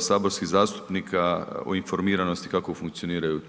saborskih zastupnika o informiranosti kako funkcioniraju